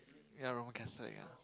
ya lor Catholic ah